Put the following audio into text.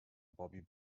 bobby